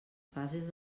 fases